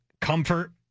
Comfort